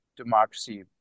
democracy